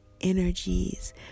energies